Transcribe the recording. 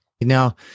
Now